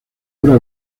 obra